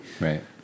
Right